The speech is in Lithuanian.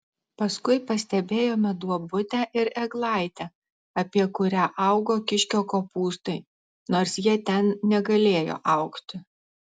paskui pastebėjome duobutę ir eglaitę apie kurią augo kiškio kopūstai nors jie ten negalėjo augti